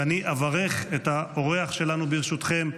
ואני אברך את האורח שלנו, ברשותכם,